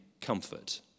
comfort